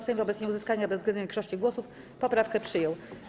Sejm wobec nieuzyskania bezwzględnej większości głosów poprawkę przyjął.